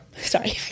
Sorry